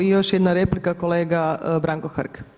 I još jedna replika kolega Branko Hrg.